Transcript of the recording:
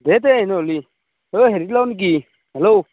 দে তে নহ'লে অ' হেৰিক লওঁ নেকি হেল্ল'